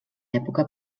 època